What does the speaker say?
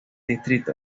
distrito